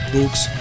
books